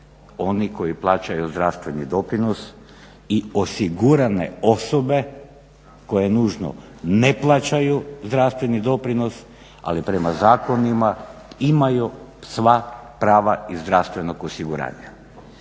oni koji plaćaju zdravstveni doprinos i osigurane osobe koje nužno ne plaćaju zdravstveni doprinos, ali prema zakonima imaju sva prava iz zdravstvenog osiguranja.